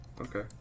Okay